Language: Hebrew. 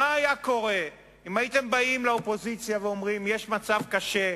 מה היה קורה אם הייתם באים לאופוזיציה ואומרים: יש מצב קשה,